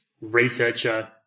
researcher